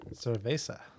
Cerveza